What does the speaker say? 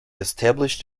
established